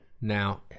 Now